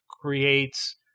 creates